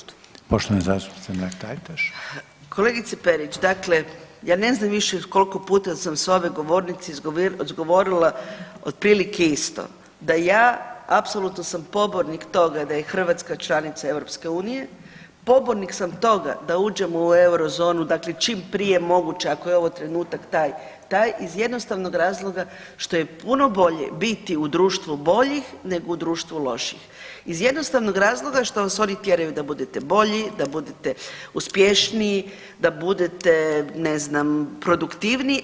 Kolegice Peović, dakle ja ne znam više koliko puta sam sa ove govornice izgovorila otprilike isto da ja apsolutno sam pobornik toga da je Hrvatska članica EU, pobornik sam toga da uđemo u euro zonu, dakle čim prije moguće ako je ovo trenutak taj, taj iz jednostavnog razloga što je puno bolje biti u društvu boljih, nego u društvu loših iz jednostavnog razloga što vas oni tjeraju da budete bolji, da budete uspješniji, da budete ne znam produktivniji.